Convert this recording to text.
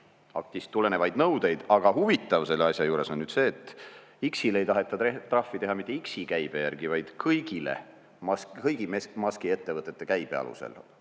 aktist tulenevaid nõudeid. Aga huvitav selle asja juures on see, et X‑ile ei taheta trahvi teha mitte X-i käibe alusel, vaid kõigi Muski ettevõtete käibe alusel,